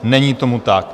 Není tomu tak.